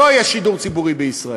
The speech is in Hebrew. לא יהיה שידור ציבורי בישראל.